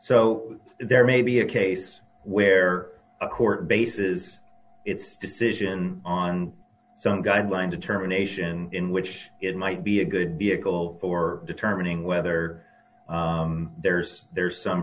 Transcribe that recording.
so there may be a case where a court bases its decision on some guideline determination in which it might be a good vehicle for determining whether there's there's some